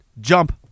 jump